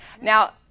now